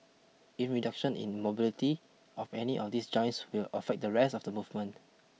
in reduction in mobility of any of these joints will affect the rest of the movement